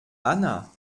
anna